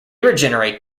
regenerate